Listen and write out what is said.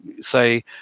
say